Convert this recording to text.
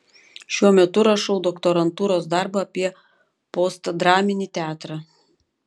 šiuo metu rašau doktorantūros darbą apie postdraminį teatrą